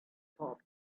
top